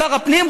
שר הפנים,